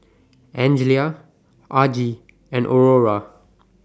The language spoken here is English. Angelia Argie and Aurora